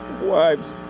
wives